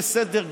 בזירה